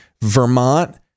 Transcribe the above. Vermont